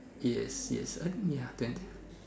yes yes eh ya then